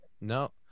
no